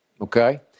Okay